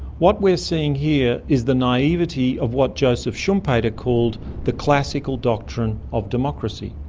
what we're seeing here is the naivete of what joseph schumpeter called the classical doctrine of democracy.